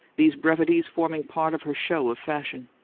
these brevities forming part of her show of fashion.